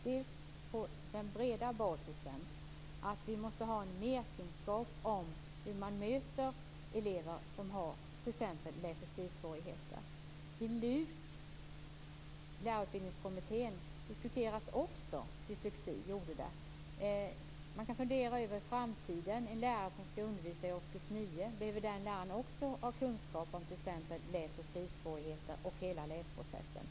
Vi måste på bred basis skapa en merkunskap om hur man möter elever som har t.ex. läs och skrivsvårigheter. I LUK - Lärarutbildningskommittén - diskuterades också dyslexi. Man kan fundera över framtiden. också ha kunskap om t.ex. läs och skrivsvårigheter och hela läsprocessen?